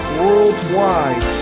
worldwide